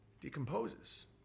decomposes